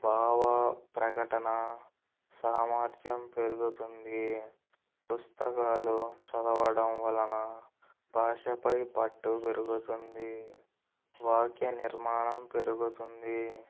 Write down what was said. భావ ప్రకటన సామర్థ్యం పెరుగుతుంది పుస్తకాలు చదవడం వలన భాషపై పట్టు పెరుగుతుంది వాక్యనిర్మాణం పెరుగుతుంది